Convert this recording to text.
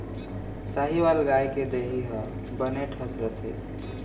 साहीवाल गाय के देहे ह बने ठस रथे